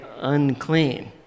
unclean